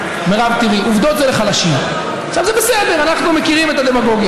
אבל את השרה לשוויון חברתי אני רואה,